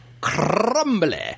Crumbly